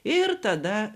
ir tada